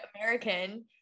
American